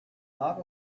not